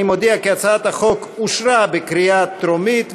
אני מודיע כי הצעת החוק אושרה בקריאה טרומית,